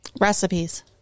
Recipes